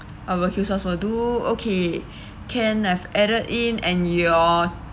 barbecue sauce will do okay can I've added in and your